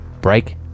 break